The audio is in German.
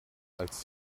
als